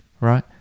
Right